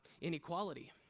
inequality